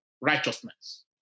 righteousness